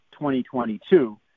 2022